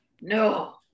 No